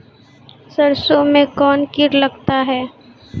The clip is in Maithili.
सरसों मे कौन कीट लगता हैं?